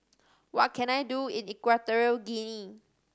what can I do in Equatorial Guinea